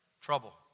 trouble